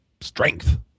strength